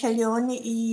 kelionė į